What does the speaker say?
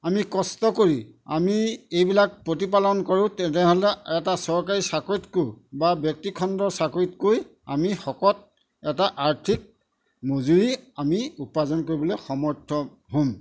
আমি কষ্ট কৰি আমি এইবিলাক প্ৰতিপালন কৰোঁ তেনেহ'লে এটা চৰকাৰী চাকৰিতকৈও বা ব্যক্তিখণ্ডৰ চাকৰিতকৈ আমি শকত এটা আৰ্থিক মজুৰি আমি উপাৰ্জন কৰিবলৈ সমৰ্থ হ'ম